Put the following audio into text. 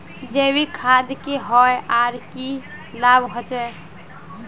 जैविक खाद की होय आर की की लाभ होचे?